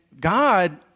God